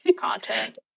content